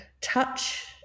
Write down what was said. touch